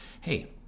hey